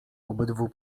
obydwu